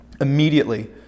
Immediately